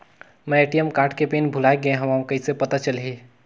मैं ATM card के PIN भुलाए गे हववं कइसे पता चलही?